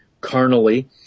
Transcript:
carnally